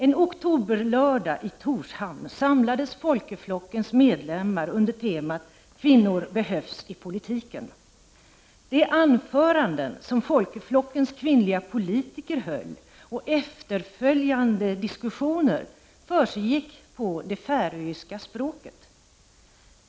En oktoberlördag i Torshavn samlades folkeflokkens medlemmar under temat Kvinnor behövs i politiken. Folkeflokkens kvinnliga politikers anföranden och efterföljande diskussioner hölls på färöiska.